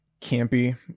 campy